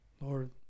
Lord